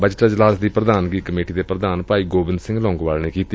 budget ਅਜਲਾਸ ਦੀ ਪ੍ਰਧਾਨਗੀ ਕਮੇਟੀ ਦੇ ਪ੍ਰਧਾਨ ਭਾਈ ਗੋਬਿੰਦ ਸਿੰਘ ਲੌਂਗੋਵਾਲ ਨੇ ਕੀਤੀ